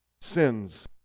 sins